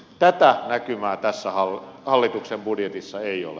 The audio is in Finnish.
tätä näkymää tässä hallituksen budjetissa ei ole